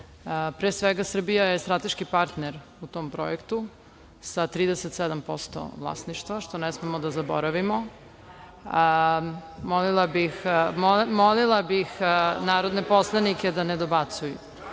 svega, Srbija je strateški partner u tom projektu sa 37% vlasništva, što ne smemo da zaboravimo. Molila bih narodne poslanike da ne dobacuju,